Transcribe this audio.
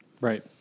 Right